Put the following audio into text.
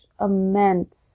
immense